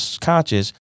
conscious